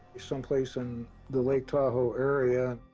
someplace in the lake tahoe area.